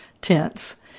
tense